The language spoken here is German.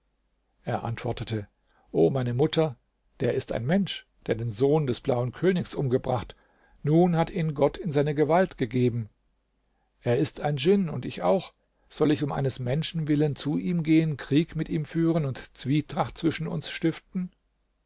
er antwortete o meine mutter der ist ein mensch der den sohn des blauen königs umgebracht nun hat ihn gott in seine gewalt gegeben er ist ein djinn und ich auch soll ich um eines menschen willen zu ihm gehen krieg mit ihm führen und zwietracht zwischen uns stiften